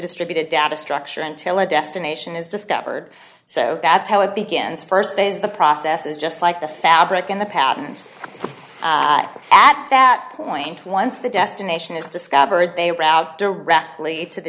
distributed data structure until a destination is discovered so that's how it begins st phase the process is just like the fabric in the patterns at that point once the destination is discovered they were out directly to the